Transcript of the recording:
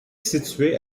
située